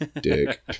Dick